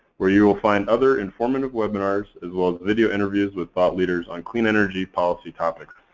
where you will find other informative webinars, as well as video interviews with thought leaders on clean energy policy topics.